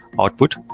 output